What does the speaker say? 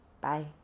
Bye